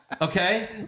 Okay